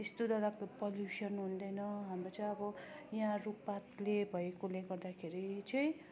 त्यस्तो डरलाग्दो पोल्युसन हुँदैन हाम्रो चाहिँ अब यहाँ रुखपातले भएकोले गर्दाखेरि चाहिँ